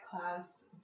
class